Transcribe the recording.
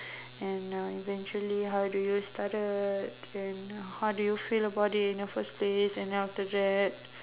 and uh eventually how do you started then how do you feel about it in the first place and then after that